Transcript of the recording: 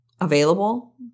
available